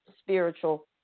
spiritual